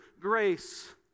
grace